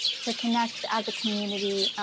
to connect as a community.